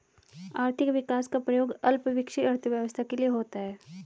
आर्थिक विकास का प्रयोग अल्प विकसित अर्थव्यवस्था के लिए होता है